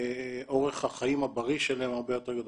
אורך החיים הבריא שלהם הרבה יותר גדול.